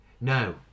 No